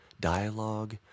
dialogue